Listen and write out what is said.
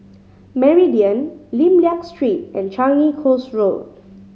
Meridian Lim Liak Street and Changi Coast Road